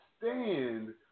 stand